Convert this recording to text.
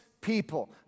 people